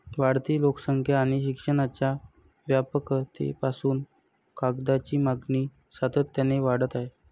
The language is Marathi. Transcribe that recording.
वाढती लोकसंख्या आणि शिक्षणाच्या व्यापकतेपासून कागदाची मागणी सातत्याने वाढत आहे